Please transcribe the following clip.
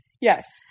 Yes